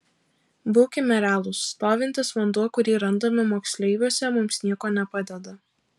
būkime realūs stovintis vanduo kurį randame moksleiviuose mums nieko nepadeda